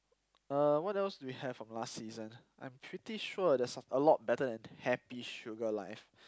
uh what else do we have from last season I'm pretty sure there's of a lot better than Happy Sugar Life